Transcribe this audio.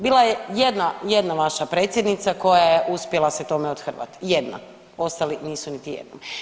Bila je jedna, jedna vaša predsjednica koja je uspjela se tome othrvati, jedna, ostali nisu niti jednom.